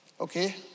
okay